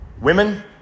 Women